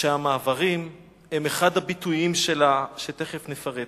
והמעברים הם אחד הביטויים שלה, ותיכף נפרט.